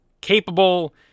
capable